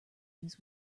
news